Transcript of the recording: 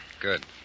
Good